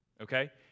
Okay